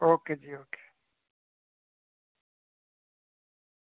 okay जी okay